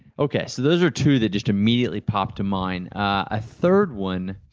ok, so those are two that just immediately pop to mind. a third one,